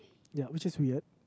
ya which is weird